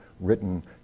written